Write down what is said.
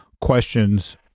questions